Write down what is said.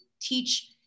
teach